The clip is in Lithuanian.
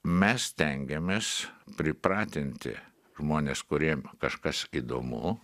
mes stengiamės pripratinti žmones kuriem kažkas įdomu